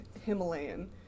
Himalayan